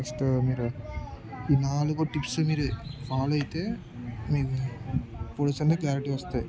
first మీరు ఈ నాలుగు టిప్స్ మీరు ఫాలో అయితే మీకు ఫోటోస్ అన్నీ క్లారిటీ వస్తాయి